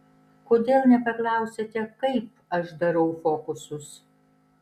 kodėl nepaklausėte kaip aš darau fokusus